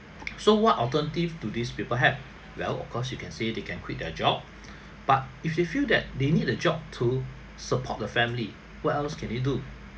so what alternative do these people have well of course you can say they can quit their job but if they feel that they need a job to support the family what else can they do